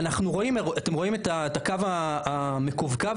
ואתם רואים את הקו המקווקו?